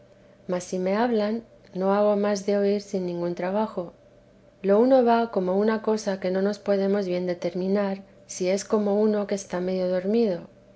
mas si me hablan no hago más de oír sin ningún trabajo lo uno va como una cosa que no nos podemos bien determinar si es como uno que está medio dormido